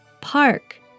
Park